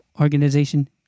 Organization